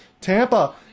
Tampa